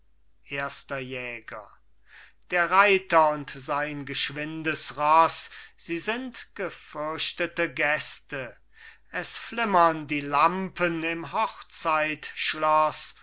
erster jäger der reiter und sein geschwindes roß sie sind gefürchtete gäste es flimmern die lampen im